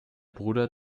bruder